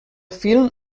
film